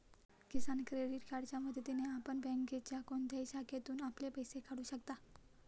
किसान credit कार्डच्या मदतीने आपण बँकेच्या कोणत्याही शाखेतून आपले पैसे काढू शकता